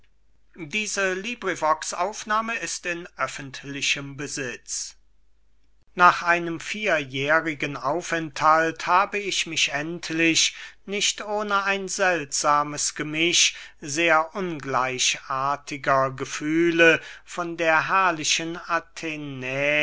xxx antipater an aristipp nach einem vierjährigen aufenthalt habe ich mich endlich nicht ohne ein seltsames gemisch sehr ungleichartiger gefühle von der herrlichen athenä